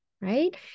right